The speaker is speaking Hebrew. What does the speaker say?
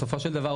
בסופו של דבר,